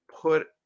put